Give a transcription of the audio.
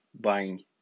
buying